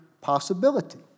possibility